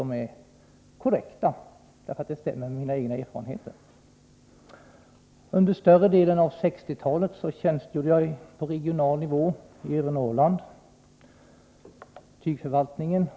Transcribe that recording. De stämmer överens med mina egna erfarenheter. Under större delen av 1960-talet tjänstgjorde jag på regional nivå i övre Norrland, inom tygförvaltningen.